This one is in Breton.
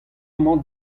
amañ